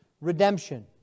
redemption